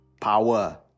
power